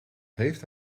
heeft